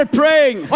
praying